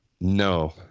No